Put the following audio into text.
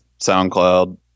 SoundCloud